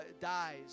dies